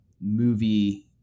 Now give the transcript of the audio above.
movie